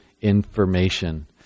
information